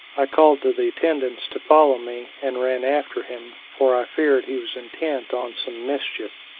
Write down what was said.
i called to the attendants to follow me, and ran after him, for i feared he was intent on some mischief.